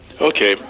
Okay